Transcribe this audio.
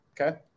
Okay